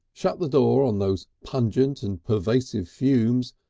shut the door on those pungent and pervasive fumes,